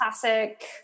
classic